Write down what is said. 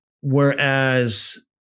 Whereas